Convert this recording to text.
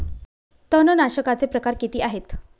तणनाशकाचे प्रकार किती आहेत?